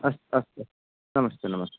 अस्तु अस्तु नमस्ते नमस्ते